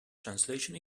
translation